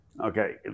Okay